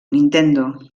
nintendo